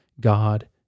God